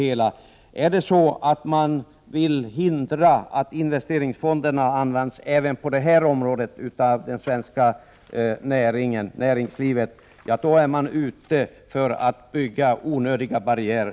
Vill man hindra att investeringsfonderna används även på det här området av det svenska näringslivet är man ute för att bygga upp onödiga barriärer.